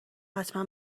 حتما